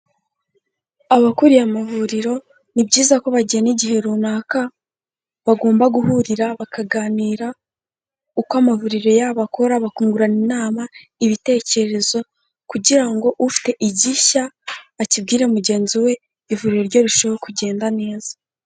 Abakuriye amavuriro, ni byiza ko bagena igihe runaka bagomba guhurira bakaganira, uko amavuriro yabo akora, bakungurana inama, ibitekerezo, kugira ngo ufite igishya akibwire mugenzi we ivuriro rye rirusheho kugenda neza.